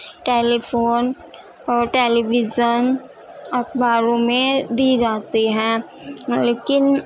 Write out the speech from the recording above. telephone اور television اخباروں میں دی جاتی ہیں لیکن